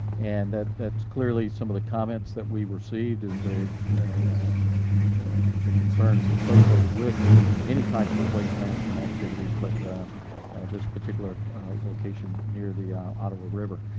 and that that's clearly some of the comments that we've received, is the is the concerns associated with any types of waste management activities, but this particular location near the ottawa river.